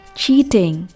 cheating